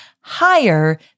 higher